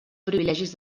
privilegis